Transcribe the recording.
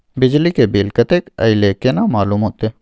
बिजली के बिल कतेक अयले केना मालूम होते?